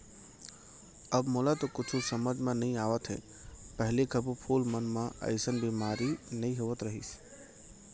अब मोला तो कुछु समझ म नइ आवत हे, पहिली कभू फूल मन म अइसन बेमारी नइ होत रहिस